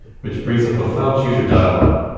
which brings up a file chooser dialog.